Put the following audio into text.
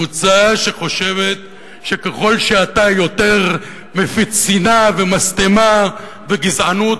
קבוצה חושבת שככל שאתה יותר מפיץ שנאה ומשטמה וגזענות,